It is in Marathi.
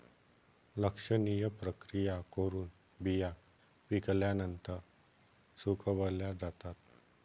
लक्षणीय प्रक्रिया करून बिया पिकल्यानंतर सुकवल्या जातात